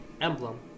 emblem